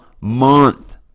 month